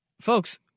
folks